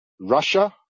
Russia